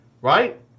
Right